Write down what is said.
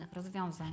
rozwiązań